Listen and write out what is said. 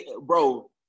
Bro